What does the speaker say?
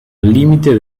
límite